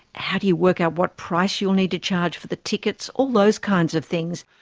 how do you work out what price you'll need to charge for the tickets, all those kinds of things?